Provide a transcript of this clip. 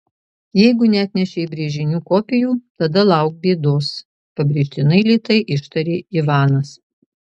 jeigu neatnešei brėžinių kopijų tada lauk bėdos pabrėžtinai lėtai ištarė ivanas